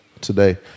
today